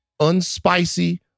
unspicy